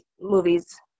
movies